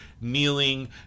kneeling